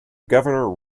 governor